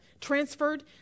transferred